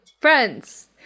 friends